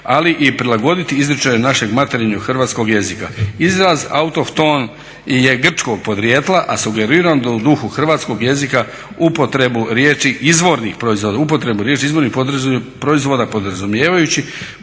ali i prilagoditi izričaju našeg materinjeg hrvatskog jezika. Izraz autohton je grčkog podrijetla, a sugeriram da u duhu hrvatskog jezika upotrebu riječi izvornih proizvoda podrazumijevajući